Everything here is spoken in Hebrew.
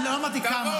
לא אמרתי "כמה".